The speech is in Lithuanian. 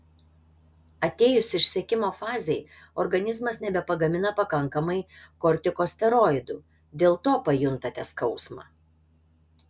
atėjus išsekimo fazei organizmas nebepagamina pakankamai kortikosteroidų dėl to pajuntate skausmą